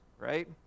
right